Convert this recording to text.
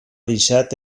deixat